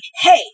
Hey